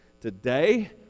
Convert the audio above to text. Today